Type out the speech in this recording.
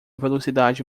velocidade